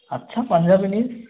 আচ্ছা পাঞ্জাবী নিস